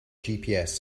gps